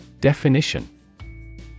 Definition